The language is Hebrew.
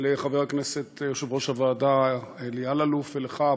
לחבר הכנסת יושב-ראש הוועדה אלי אלאלוף ולך,